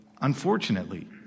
unfortunately